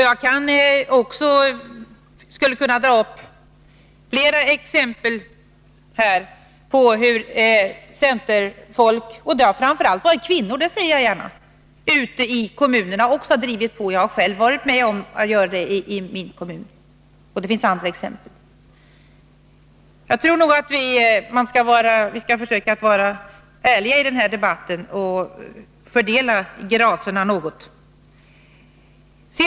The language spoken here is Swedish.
Jag skulle också kunna anföra flera exempel på hur centerpartister, och framför allt kvinnor, ute i kommunerna drivit på i denna fråga — jag har själv varit med om att göra det i min kommun — och det finns andra exempel. Jag anser att vi bör försöka vara ärliga och fördela gracerna något.